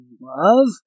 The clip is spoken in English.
love